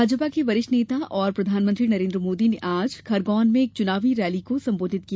भाजपा के वरिष्ठ नेता और प्रधानमंत्री नरेंद्र मोदी ने आज खरगोन में एक चुनावी रैली को संबोधित किया